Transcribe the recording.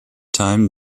time